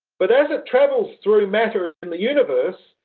but as it travels through matter in the universe,